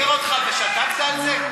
מישהו פעם ביקר אותך ושתקת על זה?